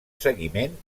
seguiment